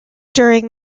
during